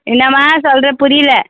என்னாம்மா சொல்லுற புரியல